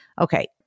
Okay